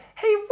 Hey